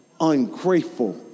Ungrateful